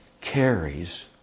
carries